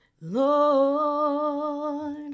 Lord